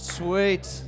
Sweet